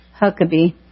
Huckabee